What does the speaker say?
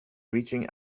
reaching